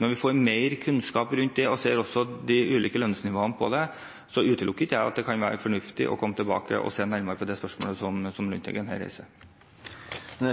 Når vi får mer kunnskap om det og også ser på de ulike lønnsnivåene, utelukker jeg ikke at det kan være fornuftig å komme tilbake og se nærmere på det spørsmålet som Lundteigen her reiser. Eg